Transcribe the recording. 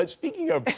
and speaking of,